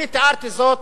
אני תיארתי זאת,